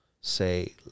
say